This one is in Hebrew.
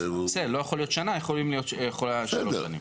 בסדר, לא יכול להיות שנה, יכול להיות שלוש שנים.